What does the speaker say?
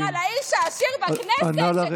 חברת הכנסת לזימי, נא להסיר את הדברים.